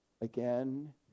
again